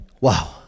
Wow